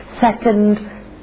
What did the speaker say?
second